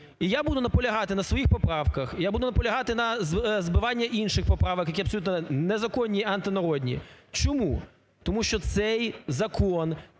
І я буду наполягати на своїх поправках, і я буду наполягати на збивання інших поправок, які абсолютно незаконні і антинародні. Чому? Тому що цей закон